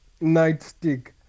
nightstick